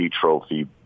trophy